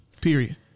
Period